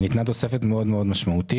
ניתנה תוספת מאוד מאוד משמעותית,